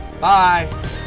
Bye